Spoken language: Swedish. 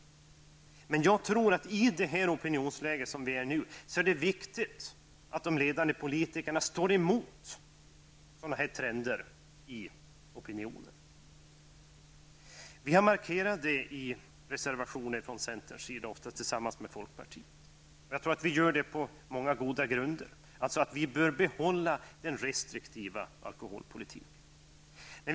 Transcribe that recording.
Men jag tror att i det opinionsläge som vi nu har är det viktigt att de ledande politikerna står emot sådana trender. Vi markerar detta i en reservation från centern tillsammans med folkpartiet. Det gör vi på många goda grunder. Vi bör alltså behålla den restriktiva alkoholpolitiken.